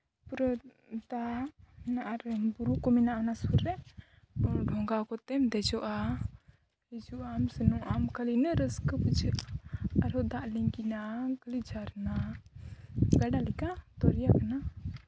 ᱯᱩᱨᱟᱹ ᱫᱟᱜ ᱢᱮᱱᱟᱜᱼᱟ ᱵᱩᱨᱩ ᱠᱚ ᱢᱮᱱᱟᱜᱼᱟ ᱚᱱᱟ ᱥᱩᱨ ᱨᱮ ᱰᱷᱚᱸᱜᱟ ᱠᱚᱛᱮᱢ ᱫᱮᱡᱚᱜᱼᱟ ᱦᱤᱡᱩᱜ ᱟᱢ ᱥᱮᱱᱚᱜ ᱟᱢ ᱩᱱᱟᱹᱜ ᱨᱟᱹᱥᱠᱟᱹ ᱵᱩᱡᱷᱟᱹᱜᱼᱟ ᱟᱨᱦᱚᱸ ᱫᱟᱜ ᱞᱤᱸᱜᱤᱱᱟ ᱠᱷᱟᱹᱞᱤ ᱡᱷᱟᱨᱱᱟ ᱜᱟᱰᱟ ᱞᱮᱠᱟ ᱫᱚᱨᱭᱟ ᱠᱟᱱᱟ